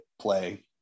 play